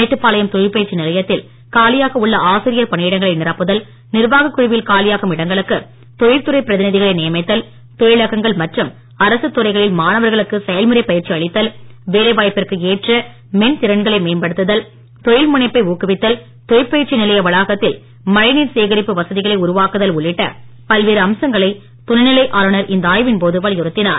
மேட்டுப்பாளையம் தொழிற்பயிற்சி நிலையத்தில் காலியாக உள்ள ஆசிரியர் பணி இடங்களை நிரப்புதல் நிர்வாக குழுவில் காலியாகும் இடங்களுக்கு தொழிற் துறை பிரதிநிதிகளை நியமித்தல் தொழிலகங்கள் மற்றும் அரசுத் துறைகளில் மாணவர்களுக்கு செயல்முறை பயிற்சி அளித்தல் வேலை வாய்ப்பிற்கு ஏற்ற மென் திறன்களை மேம்படுத்துதல் தொழில் முனைப்பை ஊக்குவித்தல் தொழிற்பயிற்சி நிலைய வளாகத்தில் மழை நீர் சேகரிப்பு வசதிகளை உருவாக்குதல் உள்ளிட்ட பல்வேறு அம்சங்களை துணை நிலை ஆளுநர் இந்த ஆய்வின் போது வலியுறுத்தினார்